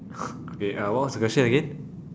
okay uh what was the question again